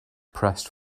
pressed